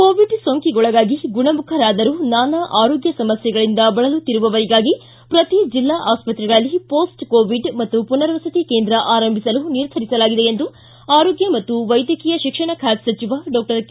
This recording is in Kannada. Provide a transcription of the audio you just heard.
ಕೋವಿಡ್ ಸೋಂಕಿಗೊಳಗಾಗಿ ಗುಣಮುಖರಾದರೂ ನಾನಾ ಆರೋಗ್ಯ ಸಮಸ್ಥೆಗಳಿಂದ ಬಳಲುತ್ತಿರುವವರಿಗಾಗಿ ಪ್ರತಿ ಜಿಲ್ಲಾ ಆಸ್ಪತ್ರೆಗಳಲ್ಲಿ ಕೋಟ್ಟ್ ಕೋವಿಡ್ ಮತ್ತು ಪುನರ್ವಸತಿ ಕೇಂದ್ರ ಆರಂಭಿಸಲು ನಿರ್ಧರಿಸಲಾಗಿದೆ ಎಂದು ಆರೋಗ್ಯ ಮತ್ತು ವೈದ್ವಕೀಯ ಶಿಕ್ಷಣ ಖಾತೆ ಸಚಿವ ಡಾಕ್ಟರ್ ಕೆ